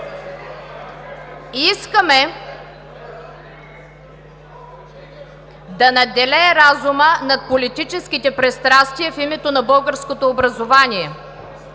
Искаме да надделее разумът над политическите пристрастия в името на българското образование.